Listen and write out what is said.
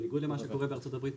בניגוד למה שקורה בארצות הברית,